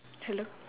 hello